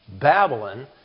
Babylon